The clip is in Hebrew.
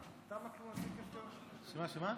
כמה?